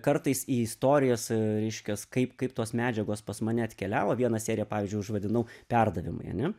kartais į istorijas reiškias kaip kaip tos medžiagos pas mane atkeliavo vieną seriją pavyzdžiui užvadinau perdavimai ane